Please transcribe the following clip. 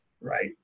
right